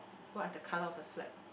what is the colour of the flag